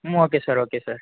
ம் okay sir okay sir